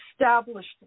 established